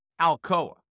Alcoa